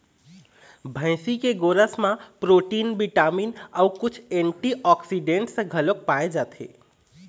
भइसी के गोरस म प्रोटीन, बिटामिन अउ कुछ एंटीऑक्सीडेंट्स घलोक पाए जाथे